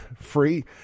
free